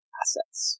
assets